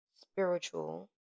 spiritual